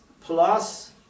plus